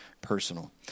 personal